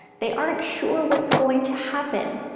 they aren't sure what's going to happen,